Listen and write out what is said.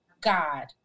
God